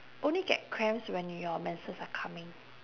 only get cramps when you your menses are coming